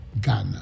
Ghana